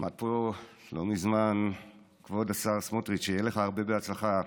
עמד פה לא מזמן כבוד השר סמוטריץ' שיהיה לך הרבה הצלחה,